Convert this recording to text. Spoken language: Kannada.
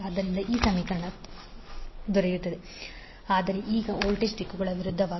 ಆದ್ದರಿಂದ ನಾವು ಬರೆಯುತ್ತೇವೆ V2V1N2N1 ಆದರೆ ಈಗ ವಿದ್ಯುತ್ ದಿಕ್ಕು ವಿರುದ್ಧವಾಗಿದೆ